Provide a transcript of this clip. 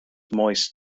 moist